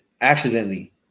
accidentally